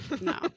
no